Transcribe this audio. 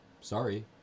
Sorry